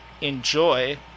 enjoy